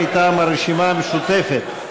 מטעם הרשימה המשותפת,